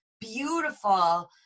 beautiful